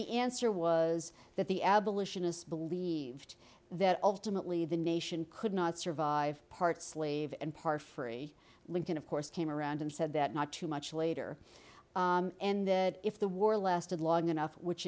the answer was that the abolitionists believed that ultimately the nation could not survive part slave and part free lincoln of course came around and said that not too much later and that if the war lasted long enough which